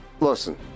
Listen